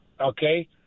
okay